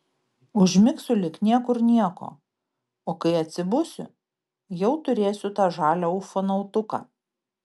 užmigsiu lyg niekur nieko o kai atsibusiu jau turėsiu tą žalią ufonautuką